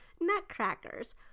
nutcrackers